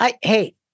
Hey